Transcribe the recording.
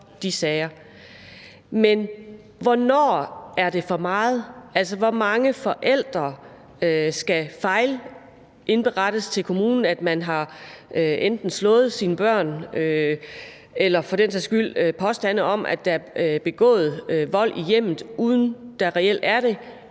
Men hvornår er det for meget? Altså, hvor mange forældre skal fejlindberettes til kommunen, enten fordi at man har slået sine børn eller for den sags skyld på grund af påstande om, at der er begået vold i hjemmet, uden der reelt er det,